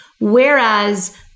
Whereas